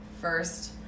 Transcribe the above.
first